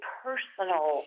personal